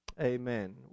amen